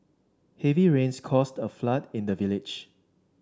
heavy rains caused a flood in the village